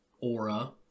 aura